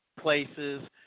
Places